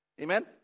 Amen